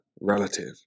relative